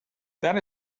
that